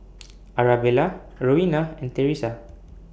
Arabella Rowena and Theresa